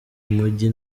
mujyi